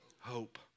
Hope